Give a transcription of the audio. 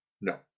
No